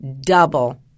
double